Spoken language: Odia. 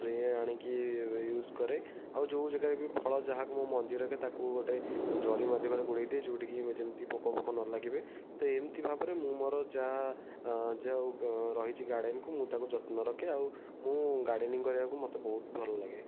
ସ୍ପ୍ରେ ଆଣିକି ୟୁଜ୍ କରେ ଆଉ ଯେଉଁ ଜାଗାରେ ବି ଫଳ ଯାହାକୁ ମୁଁ ମଞ୍ଜି ରଖେ ତାକୁ ଗୋଟେ ଜରି ମାଧ୍ୟମରେ ଗୁଡ଼ାଇ ଦିଏ ଯେଉଁଠିକି ଯେମିତି ପୋକ ଫୋକ ନଲାଗିବେ ତ ଏମତି ଭାବରେ ମୁଁ ମୋର ଯାହା ଯେଉଁ ରହିଛି ଗାର୍ଡ଼େନ୍କୁ ମୁଁ ତାକୁ ଯତ୍ନ ରଖେ ଆଉ ମୁଁ ଗାର୍ଡ଼େନିଂ କରିବାକୁ ମୋତେ ବହୁତ ଭଲଲାଗେ